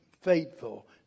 faithful